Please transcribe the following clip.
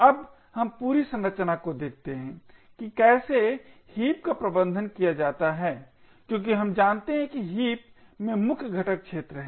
अब हम पूरी संरचना को देखते हैं कि कैसे हीप का प्रबंधन किया जाता है क्योंकि हम जानते हैं कि हीप में मुख्य घटक क्षेत्र है